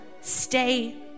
stay